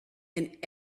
and